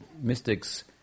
mystics